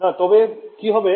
না তবে কি হবে